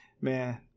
man